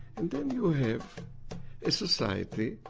and then you have a society,